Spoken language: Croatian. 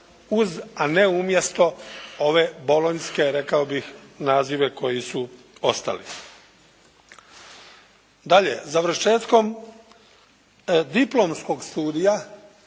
uz, a ne umjesto ove bolonjske rekao bih nazive koji su ostali. Dalje, završetkom diplomskog studija